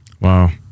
wow